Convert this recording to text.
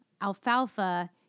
Alfalfa